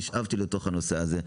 ונשאבתי לתוך הנושא הזה.